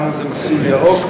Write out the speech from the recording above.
קראנו לזה "מסלול ירוק".